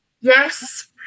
Yes